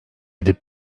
edip